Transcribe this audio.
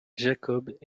jacobs